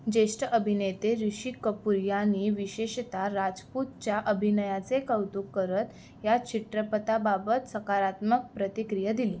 ज्येष्ठ अभिनेते ऋषि कपूर यांनी विशेषतः राजपूतच्या अभिनयाचे कौतुक करत या चित्रपटाबाबत सकारात्मक प्रतिक्रिया दिली